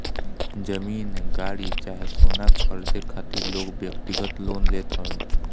जमीन, गाड़ी चाहे सोना खरीदे खातिर लोग व्यक्तिगत लोन लेत हवे